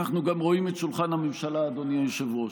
אנחנו גם רואים את שולחן הממשלה, אדוני היושב-ראש,